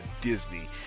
Disney